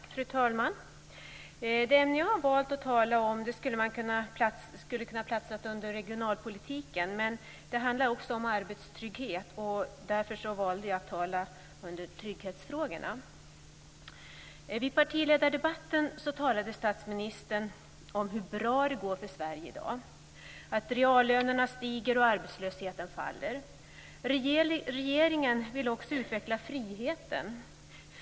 Fru talman! Det ämne som jag har valt att tala om hade kunnat platsa under regionalpolitiken men det handlar också om arbetstrygghet. Därför valde jag att tala under trygghetsfrågorna. I partiledardebatten talade statsministern om hur bra det går för Sverige i dag, om att reallönerna stiger och arbetslösheten faller. Regeringen vill också utveckla friheten.